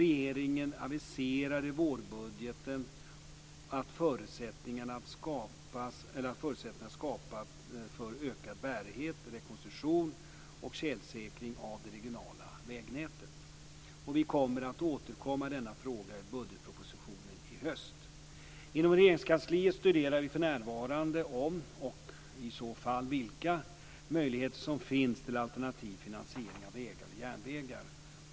Regeringen aviserar i vårbudgeten att förutsättningar ska skapas för ökad bärighet, rekonstruktion och tjälsäkring av det regionala vägnätet. Vi kommer att återkomma i denna fråga i budgetpropositionen i höst. Inom Regeringskansliet studerar vi för närvarande om och i så fall vilka möjligheter som finns till alternativ finansiering av vägar och järnvägar.